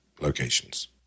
locations